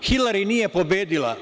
Hilari nije pobedila.